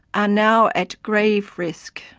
are now at grave risk.